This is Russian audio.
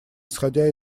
исходя